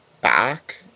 back